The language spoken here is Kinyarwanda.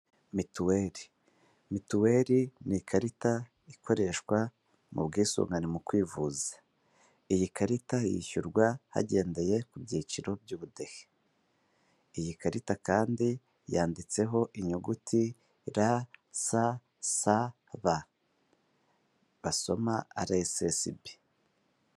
Mituweli ,mitueli ni ikarita ikoreshwa mu bwisungane mu kwivuza .Iyi karita yishyurwa hagendeye ku byiciro by'ubudehe ,iyi karita kandi yanditseho inyuguti r s s b basoma alecesb.